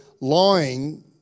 lying